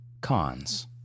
cons